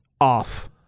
off